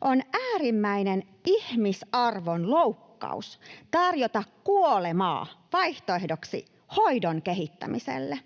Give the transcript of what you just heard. On äärimmäinen ihmisarvon loukkaus tarjota kuolemaa vaihtoehdoksi hoidon kehittämiselle.